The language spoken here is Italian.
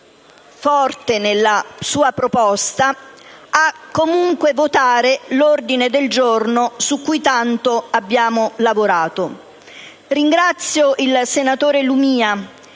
forte nella sua proposta, a votare comunque l'ordine del giorno G1 su cui tanto abbiamo lavorato. Ringrazio il senatore Lumia,